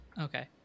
Okay